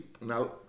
now